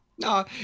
No